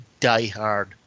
diehard